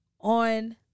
On